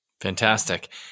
Fantastic